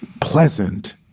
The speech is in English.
pleasant